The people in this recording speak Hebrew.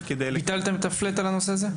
כדי --- ביטלתם את ה-FLAT על הנושא הזה?